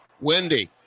Wendy